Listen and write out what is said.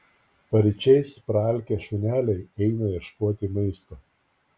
paryčiais praalkę šuneliai eina ieškoti maisto